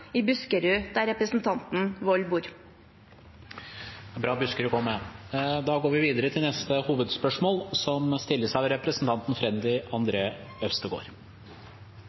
i Buskerud, der representanten Wold bor. Bra Buskerud kom med. Vi går videre til neste hovedspørsmål.